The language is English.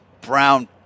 brown